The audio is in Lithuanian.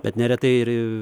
bet neretai ir